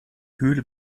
höhle